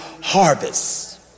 harvest